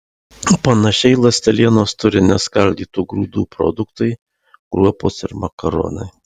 panašiai ląstelienos turi neskaldytų grūdų produktai kruopos ir makaronai